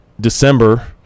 December